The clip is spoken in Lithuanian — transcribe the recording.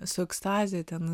su ekstazė ten